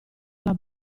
alla